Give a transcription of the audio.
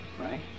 right